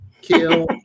kill